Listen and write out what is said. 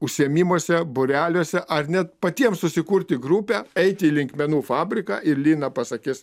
užsiėmimuose būreliuose ar net patiems susikurti grupę eiti į linkmenų fabriką ir lina pasakys